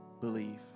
believe